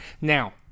now